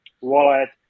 wallet